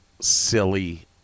silly